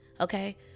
Okay